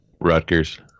Rutgers